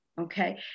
okay